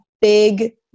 big